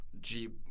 Jeep